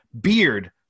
beard